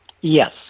Yes